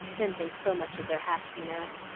men think so much of their hats you know.